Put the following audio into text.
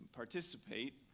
participate